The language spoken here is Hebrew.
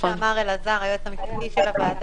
הפונקציונרים שהסיעה משלמת להם על בסיס תקצוב של ועדת